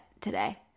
today